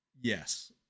Yes